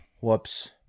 whoops